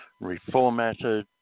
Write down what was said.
reformatted